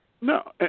No